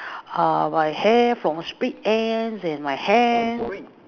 err my hair from split ends and my hair